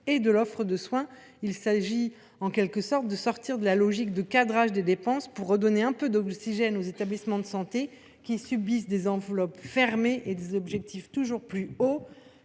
et de l’offre de soins. Il s’agit, en quelque sorte, de sortir de la logique de cadrage des dépenses pour redonner un peu d’oxygène aux établissements de santé, qui subissent des enveloppes fermées et des objectifs toujours plus hauts.